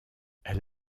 elle